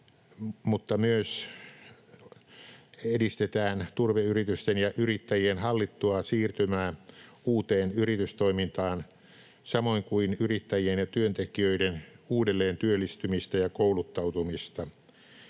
mutta myös edistetään turveyritysten ja ‑yrittäjien hallittua siirtymää uuteen yritystoimintaan samoin kuin yrittäjien ja työntekijöiden uudelleen työllistymistä ja kouluttautumista.